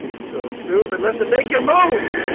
so stupid let's and make your mouth